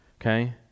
Okay